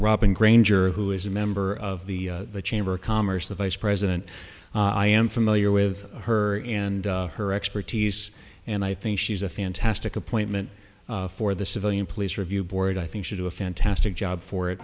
robin granger who is a member of the chamber of commerce the vice president i am familiar with her and her expertise and i think she's a fantastic appointment for the civilian police review board i think should do a fantastic job for it